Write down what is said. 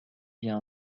bien